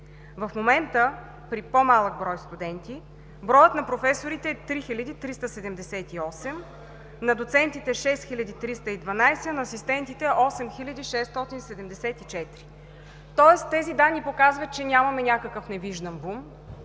В момента, при по-малък брой студенти, броят на професорите е 3378, на доцентите 6312, а на асистентите 8674. Тоест тези данни показват, че нямаме някакъв невиждан бум,